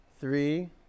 Three